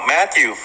Matthew